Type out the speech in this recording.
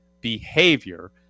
behavior